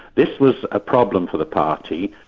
this was a problem for the party.